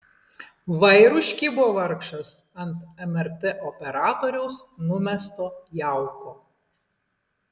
va ir užkibo vargšas ant mrt operatoriaus numesto jauko